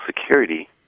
Security